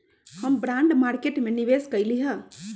हम bond market में निवेश कलियइ ह